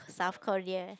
South Korea